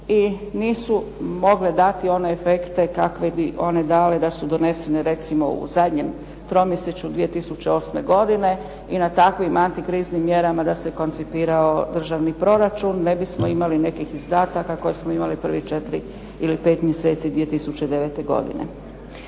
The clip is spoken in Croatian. i nisu mogle dati one efekte kakve bi one dale da su donesene recimo u zadnjem tromjesečju 2008. godine i na takvim antikriznim mjerama da se koncipirao državni proračun ne bismo imali nekih izdataka koje smo imali prvih četiri ili pet mjeseci 2009. godine.